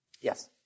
Yes